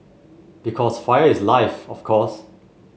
because fire is life of course